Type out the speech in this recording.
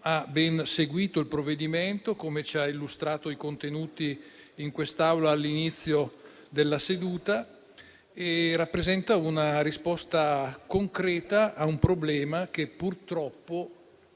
ha ben seguito il provvedimento, per come ci ha illustrato i contenuti in quest'Aula all'inizio della seduta - rappresenta una risposta concreta a un problema che purtroppo